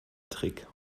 trick